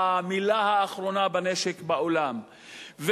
המלה האחרונה בנשק בעולם,